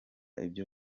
ibyo